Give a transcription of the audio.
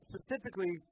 specifically